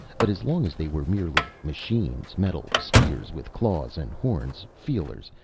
but as long as they were merely machines, metal spheres with claws and horns, feelers,